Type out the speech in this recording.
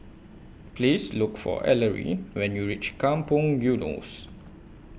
Please Look For Ellery when YOU REACH Kampong Eunos